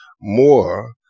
more